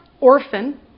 orphan